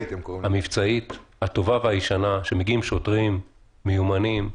שמגיעים שוטרים מיומנים,